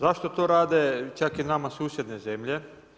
Zašto to rade čak i nama susjedne zemlje?